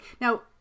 Now